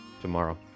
tomorrow